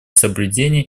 соблюдения